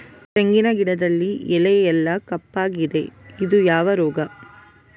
ತೆಂಗಿನ ಗಿಡದಲ್ಲಿ ಎಲೆ ಎಲ್ಲಾ ಕಪ್ಪಾಗಿದೆ ಇದು ಯಾವ ರೋಗ?